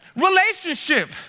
Relationship